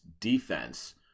defense